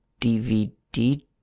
DVD